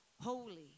holy